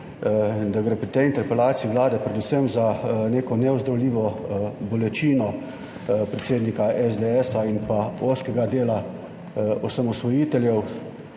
da gre pri tej interpelaciji Vlade predvsem za neko neozdravljivo bolečino predsednika SDS in pa ozkega dela osamosvojiteljev,